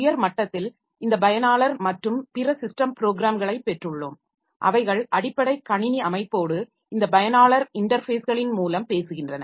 உயர் மட்டத்தில் இந்த பயனாளர் மற்றும் பிற ஸிஸ்டம் ப்ரோக்ராம்களைப் பெற்றுள்ளோம் அவைகள் அடிப்படை கணினி அமைப்போடு இந்த பயனாளர் இன்டர்ஃபேஸ்களின் மூலம் பேசுகின்றன